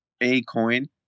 A-Coin